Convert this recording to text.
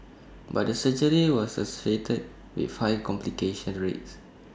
but the surgery was associated with high complication rates